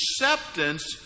acceptance